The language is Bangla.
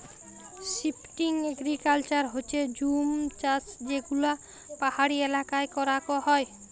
শিফটিং এগ্রিকালচার হচ্যে জুম চাষযেগুলা পাহাড়ি এলাকায় করাক হয়